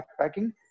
backpacking